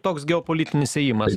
toks geopolitinis ėjimas